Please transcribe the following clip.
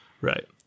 Right